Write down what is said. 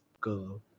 girl